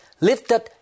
lifted